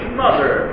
mother